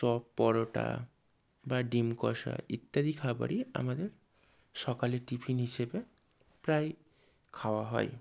chop পরোটা বা ডিম কষা ইত্যাদি খাবারই আমাদের সকালের টিফিন হিসেবে প্রায়ই খাওয়া হয়